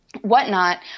whatnot